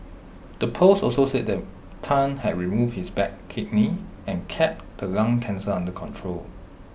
the post also said that Tan had removed his bad kidney and kept the lung cancer under control